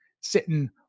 sitting